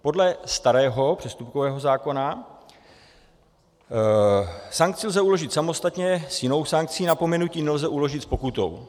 Podle starého přestupkového zákona sankce lze uložit samostatně nebo s jinou sankcí, napomenutí nelze uložit s pokutou.